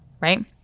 right